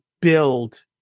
build